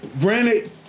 Granted